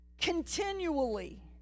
continually